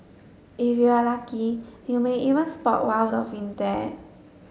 if you are lucky you may even spot wild dolphins there